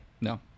No